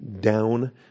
down